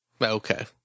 Okay